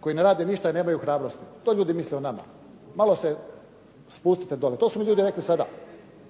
koji ne rade ništa i nemaju hrabrosti. To ljudi misle o nama. Malo se spustite dolje. To su ljudi rekli sada.